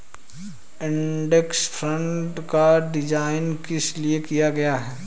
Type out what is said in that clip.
Index fund का design किस लिए किया गया है?